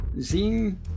Zing